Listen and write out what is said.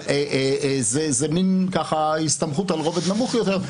זה מין הסתמכות על רובד נמוך יותר.